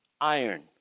iron